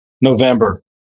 November